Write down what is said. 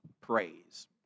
Praise